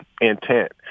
intent